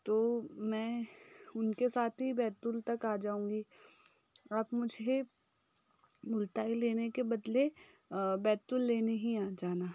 तो मैं उनके साथ ही बैतूल तक आ जाऊँगी आप मुझे मुलताई लेने के बदले बैतूल लेने ही आ जाना